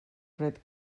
fred